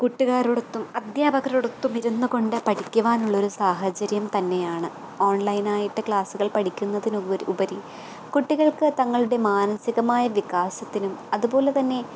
കൂട്ടുകാരോടൊത്തും അധ്യാപകരോടൊത്തും ഇരുന്നുകൊണ്ട് പഠിക്കുവാനുള്ള ഒരു സാഹചര്യം തന്നെയാണ് ഓൺലൈനായിട്ട് ക്ലാസുകൾ പഠിക്കുന്നതിന് ഉപരി കുട്ടികൾക്ക് തങ്ങളുടെ മാനസികമായ വികാസത്തിനും അതുപോലെ തന്നെ